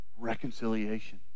Reconciliation